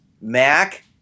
Mac